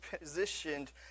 positioned